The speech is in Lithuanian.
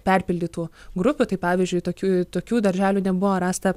perpildytų grupių tai pavyzdžiui tokių tokių darželių nebuvo rasta